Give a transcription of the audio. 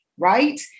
Right